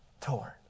torn